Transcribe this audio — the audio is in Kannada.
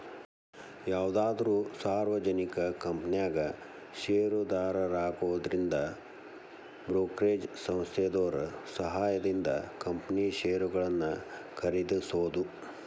ಯಾವುದಾದ್ರು ಸಾರ್ವಜನಿಕ ಕಂಪನ್ಯಾಗ ಷೇರುದಾರರಾಗುದಂದ್ರ ಬ್ರೋಕರೇಜ್ ಸಂಸ್ಥೆದೋರ್ ಸಹಾಯದಿಂದ ಕಂಪನಿ ಷೇರುಗಳನ್ನ ಖರೇದಿಸೋದು